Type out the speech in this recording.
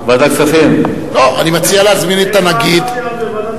העברנו את זה כל כך הרבה.